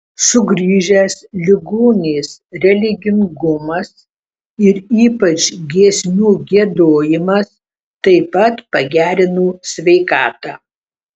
sugrįžęs ligonės religingumas ir ypač giesmių giedojimas taip pat pagerino sveikatą